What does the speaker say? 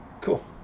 cool